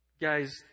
Guys